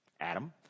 Adam